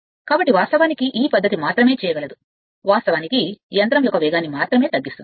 కాబట్టి వాస్తవానికి ఈ పద్ధతిమాత్రమే చేయగలదు వాస్తవానికి ఏమి పిలుస్తుంది వాస్తవానికి యంత్రం యొక్క వేగాన్ని మాత్రమే తగ్గిస్తుంది